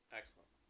Excellent